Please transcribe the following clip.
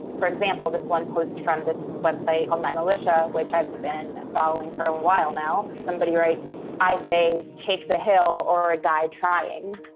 for example, this one post from this website called um my militia, which i've been following for a while now somebody writes, i say, take the hill or die trying.